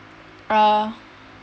uh